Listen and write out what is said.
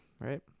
Right